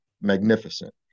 magnificent